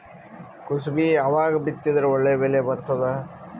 ಕುಸಬಿ ಯಾವಾಗ ಬಿತ್ತಿದರ ಒಳ್ಳೆ ಬೆಲೆ ಬರತದ?